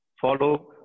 Follow